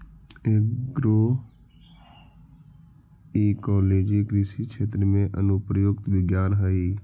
agroecology कृषि क्षेत्र में अनुप्रयुक्त विज्ञान हइ